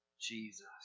Jesus